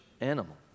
animal